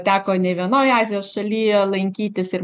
teko ne vienoj azijos šaly lankytis ir